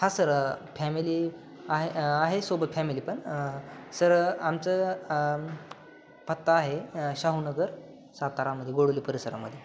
हा sir family आहे सोबत फॅमिली पण सर आमचं पत्ता आहे शाहूनगर सातारामध्ये गोडोली परिसरामध्ये